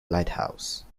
lighthouse